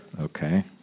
Okay